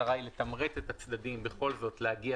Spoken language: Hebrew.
המטרה היא לתמרץ את הצדדים בכל זאת להגיע